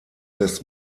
des